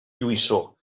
lluïssor